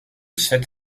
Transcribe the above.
sept